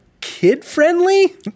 kid-friendly